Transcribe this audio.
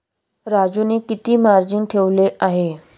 राजूने किती मार्जिन ठेवले आहे?